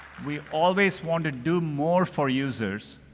we always want to do more for users,